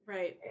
Right